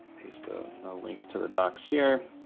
paste a link to the docs here.